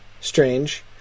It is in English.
Strange